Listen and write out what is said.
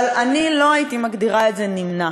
אבל אני לא הייתי מגדירה את זה "נמנע",